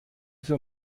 soll